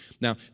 Now